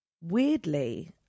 weirdly